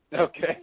Okay